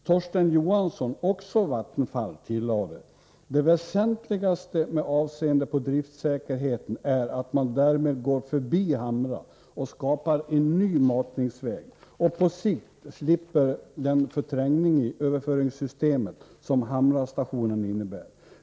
Torsten Johansson, Vattenfall, tillade att det väsentligaste med avseende på driftssäkerheten är att man därmed går förbi Hamra och skapar en ny matningsväg och på sikt slipper den förträngning i överföringssystemet som Hamrastationen innebär.